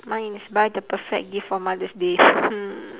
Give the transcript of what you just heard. mine is buy the perfect gift for mother's day